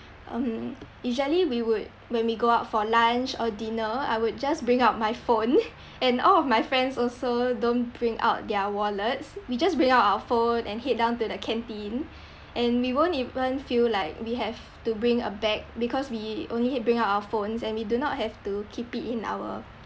um usually we would when we go out for lunch or dinner I would just bring out my phone and all of my friends also don't bring out their wallets we just bring out our phone and head down to the canteen and we won't even feel like we have to bring a bag because we only bring out our phones and we do not have to keep it in our